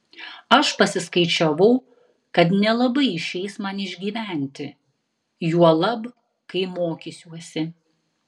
aš pasiskaičiavau kad nelabai išeis man išgyventi juolab kai mokysiuosi